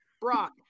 Brock